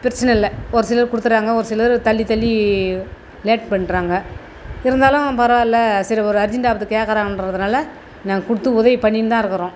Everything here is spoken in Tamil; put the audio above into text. பிரச்சனை இல்லை ஒரு சிலர் கொடுத்துறாங்க ஒரு சிலர் தள்ளி தள்ளி லேட் பண்ணுறாங்க இருந்தாலும் பரவாயில்ல சரி ஒரு அர்ஜெண்ட் ஆபத்துக்கு கேட்குறான்றதுனால நான் கொடுத்து உதவி பண்ணின்னுதாகிருக்குறோம்